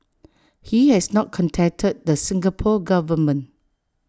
he has not contacted the Singapore Government